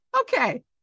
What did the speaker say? okay